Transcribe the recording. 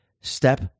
step